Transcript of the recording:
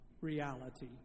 reality